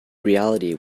reality